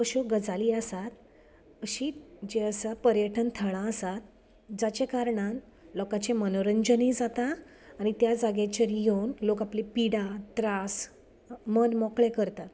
अश्यो गजाली आसात अशीं जीं आसा पर्यटन थळां आसात जाचे कारणान लोकाचें मनोरंजनय जाता आनी त्या जाग्याचेर येवन लोक आपली पिडा त्रास मन मोकळे करता